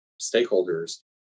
stakeholders